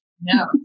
No